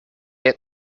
very